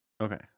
Okay